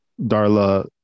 Darla